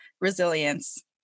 resilience